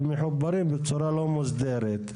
הם מחוברים בצורה לא מוסדרת,